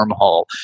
wormhole